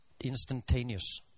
instantaneous